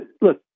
look